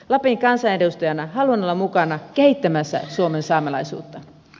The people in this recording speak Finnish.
lapin kansanedustajana haluan olla mukana kehittämässä suomen saamelaisuutta